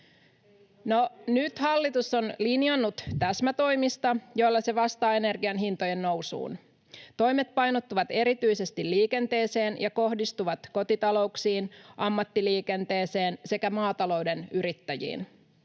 nyt hallitus on linjannut täsmätoimista, joilla se vastaa energian hintojen nousuun. Toimet painottuvat erityisesti liikenteeseen ja kohdistuvat kotitalouksiin, ammattiliikenteeseen sekä maatalouden yrittäjiin.